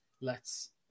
lets